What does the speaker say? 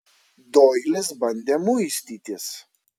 doilis bandė muistytis